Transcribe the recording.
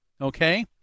okay